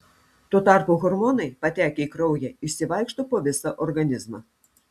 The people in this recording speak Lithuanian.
tuo tarpu hormonai patekę į kraują išsivaikšto po visą organizmą